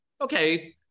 Okay